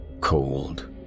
cold